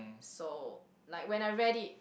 so like when I read it